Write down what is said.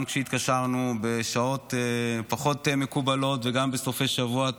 גם כשהתקשרנו בשעות פחות מקובלות וגם בסופי שבוע,